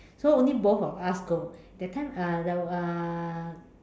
so only both of us go that time uh the uh